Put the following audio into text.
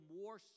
more